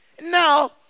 Now